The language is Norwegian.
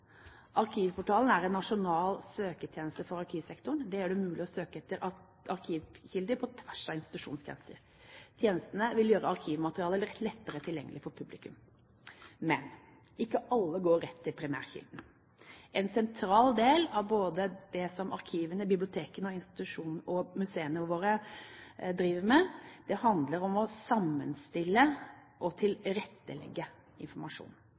er en nasjonal søketjeneste for arkivsektoren. Det gjør det mulig å søke etter arkivkilder på tvers av institusjonsgrenser. Tjenestene vil gjøre arkivmateriale lettere tilgjengelig for publikum. Men ikke alle går rett til primærkilden. En sentral del av det som både arkivene, bibliotekene og museene våre driver med, handler om å sammenstille og tilrettelegge informasjon.